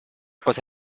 cosa